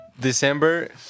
December